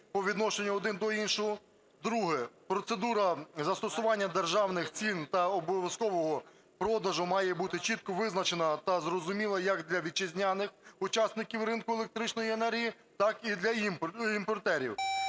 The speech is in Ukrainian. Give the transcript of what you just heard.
Друге: процедура застосування державних цін та обов'язкового продажу має бути чітко визначена та зрозуміла як для вітчизняних учасників ринку електричної енергії, так і для імпортерів.